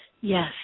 Yes